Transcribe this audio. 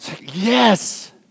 Yes